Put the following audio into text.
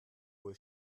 wohl